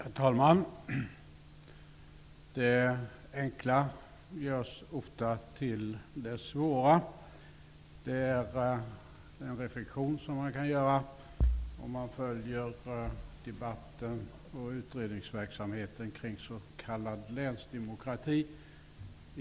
Herr talman! Att det enkla ofta görs till det svåra är en reflektion som man kan göra om man genom åren följer debatten och utredningsverksamheten kring s.k. länsdemokrati.